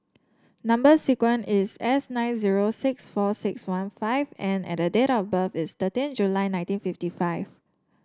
number sequence is S nine zero six four six one five N and date of birth is thirteen July nineteen fifty five